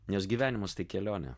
nes gyvenimas tai kelionė